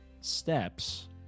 steps